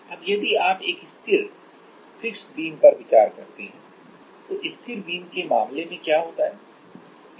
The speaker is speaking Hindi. अब यदि आप एक स्थिर बीम पर विचार करते हैं तो स्थिर बीम के मामले में क्या होता है